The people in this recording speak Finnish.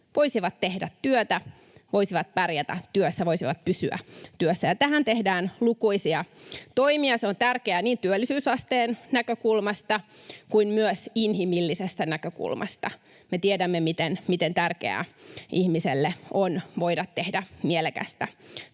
voisivat tehdä työtä, voisivat pärjätä työssä, voisivat pysyä työssä. Ja tähän tehdään lukuisia toimia. Se on tärkeää niin työllisyysasteen näkökulmasta kuin myös inhimillisestä näkökulmasta. Me tiedämme, miten tärkeää ihmiselle on voida tehdä mielekästä työtä.